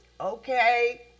okay